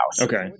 Okay